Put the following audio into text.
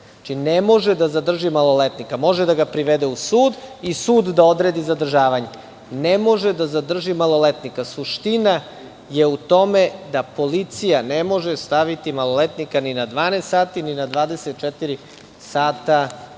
da ne može da zadrži maloletnika. Može da ga privede u sud i sud da odredi zadržavanje. Ne može da zadrži maloletnika. Suština je u tome da policija ne može staviti maloletnika ni na 12, ni na 24 sata